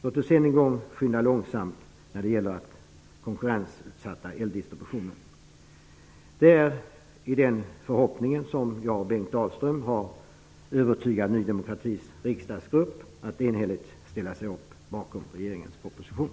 Låt oss än en gång skynda långsamt när det gäller att konkurrensutsätta eldistributionen. Det är i den förhoppningen Bengt Dalström och jag har övertygat Ny demokratis riksdagsgrupp att enhälligt ställa sig bakom regeringens proposition.